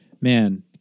man